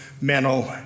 mental